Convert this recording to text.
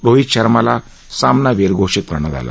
रोहित शर्माला सामनावीर घोषित करण्यात आल